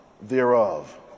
thereof